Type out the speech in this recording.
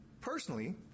personally